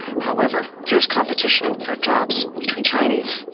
however, fierce competition for jobs between chinese,